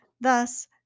Thus